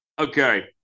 Okay